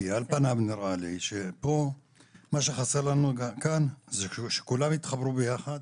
על פניו נראה לי שמה שחסר לנו כאן זה שכולם יתחברו ביחד,